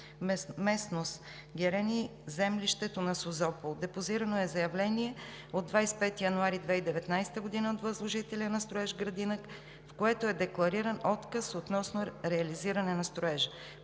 местност Герени, землището на Созопол. Депозирано е заявление от 25 януари 2019 г. от възложителя на строеж „Градина“, в което е деклариран отказ относно реализиране на строежа.